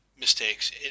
mistakes